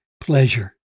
pleasure